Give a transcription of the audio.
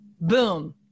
Boom